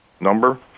number